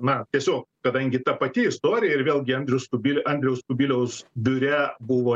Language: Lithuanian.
na tiesiog kadangi ta pati istorija ir vėlgi andrius kubilius andriaus kubiliaus biure buvo